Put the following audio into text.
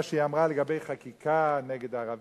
מה שהיא אמרה לגבי חקיקה נגד ערבים.